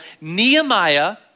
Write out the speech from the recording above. Nehemiah